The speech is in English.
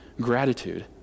gratitude